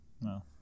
No